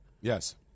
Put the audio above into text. Yes